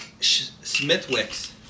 Smithwick's